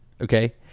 okay